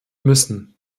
müssen